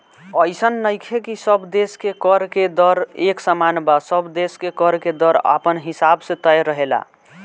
अइसन नइखे की सब देश के कर के दर एक समान बा सब देश के कर के दर अपना हिसाब से तय रहेला